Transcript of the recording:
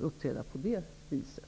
uppträda på det viset.